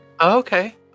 Okay